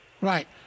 Right